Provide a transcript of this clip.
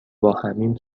باهمیم